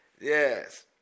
Yes